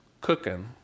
cooking